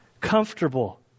comfortable